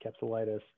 capsulitis